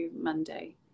Monday